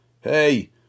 Hey